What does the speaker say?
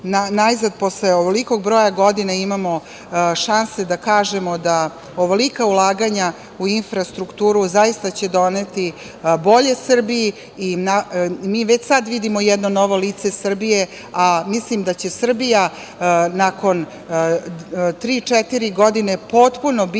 najzad posle ovolikog broja godina imamo šanse da kažemo da ovolika ulaganja u infrastrukturu zaista će doneti bolje Srbiji i mi već sada vidimo jedno novo lice Srbije, a mislim da će Srbija nakon 3-4 godine potpuno biti